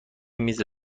میز